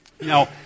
Now